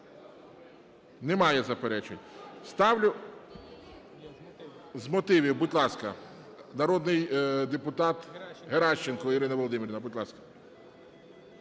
Немає заперечень. З мотивів. Будь ласка, народний депутат Геращенко Ірина Володимирівна. Будь ласка.